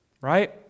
right